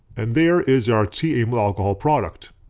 and there is our t-amyl alcohol product.